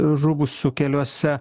žuvusių keliuose